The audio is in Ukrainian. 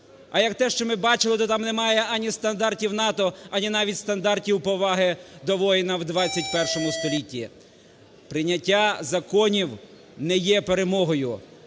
А як те, що ми бачили, то там немає ані стандартів НАТО, ані навіть стандартів поваги до воїнів в ХХІ столітті. Прийняття законів не є перемогою.